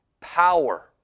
power